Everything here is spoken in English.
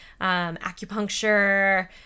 acupuncture